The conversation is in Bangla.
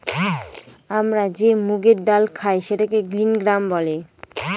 আমরা যে মুগের ডাল খায় সেটাকে গ্রিন গ্রাম বলে